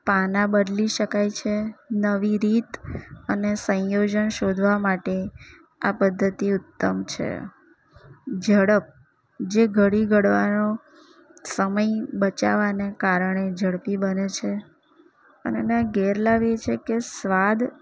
પાનાં બદલી શકાય છે નવી રીત અને સંયોજન શોધવા માટે આ પદ્ધતિ ઉત્તમ છે ઝડપ જે ઘળી ઘડવાનો સમય બચાવાને કારણે ઝડપી બને છે અને એને ગેરલાભ એ છે કે સ્વાદ